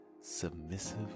submissive